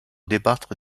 débattre